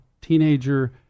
teenager